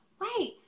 wait